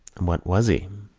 what was he?